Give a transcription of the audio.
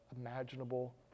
imaginable